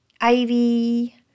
ivy